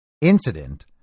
incident